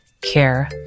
Care